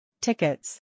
Tickets